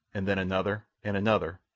and then another and another,